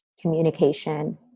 communication